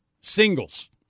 singles